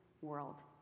world